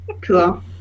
Cool